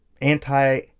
anti